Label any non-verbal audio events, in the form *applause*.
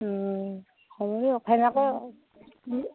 হ'ব দিয়ক সেনেকৈয়ে *unintelligible*